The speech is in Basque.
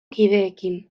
kideekin